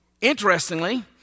Interestingly